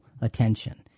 attention